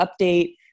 update